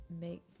make